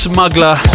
Smuggler